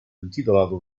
intitolato